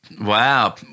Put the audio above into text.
Wow